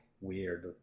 weird